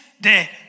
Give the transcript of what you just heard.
dead